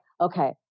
okay